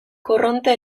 korronte